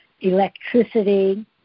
electricity